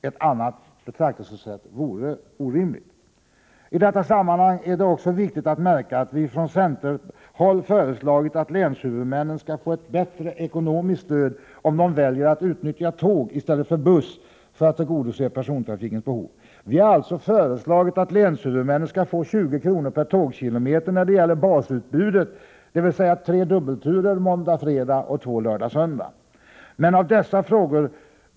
Ett annat betraktelsesätt vore orimligt. I detta sammanhang är det också viktigt att märka att vi från centerhåll föreslagit att länshuvudmännen skall få bättre ekonomiskt stöd, om de väljer att utnyttja tåg i stället för buss för att tillgodose persontrafikens behov. Vi har alltså föreslagit att länshuvudmännen skall få 20 kr. per tågkilometer när det gäller basutbudet, dvs. tre dubbelturer måndag-fredag och två dubbelturer lördag och söndag.